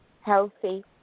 healthy